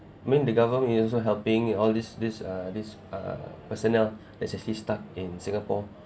I mean the government is also helping all this this uh this uh personnel especially stuck in singapore